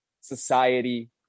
society